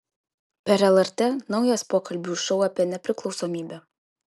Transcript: per lrt naujas pokalbių šou apie nepriklausomybę